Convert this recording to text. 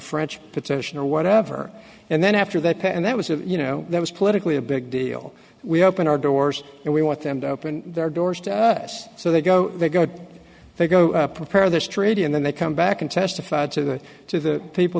french petition or whatever and then after that and that was you know that was politically a big deal we open our doors and we want them to open their doors to us so they go they go they go prepare this treaty and then they come back and testified to to the people